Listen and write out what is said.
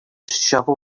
shovel